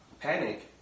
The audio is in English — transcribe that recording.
panic